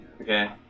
Okay